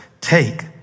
take